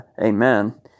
Amen